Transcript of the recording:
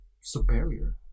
superior